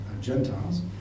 Gentiles